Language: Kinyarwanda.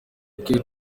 iker